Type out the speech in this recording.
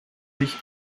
sich